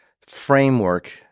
framework